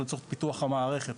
לצורך פיתוח המערכת.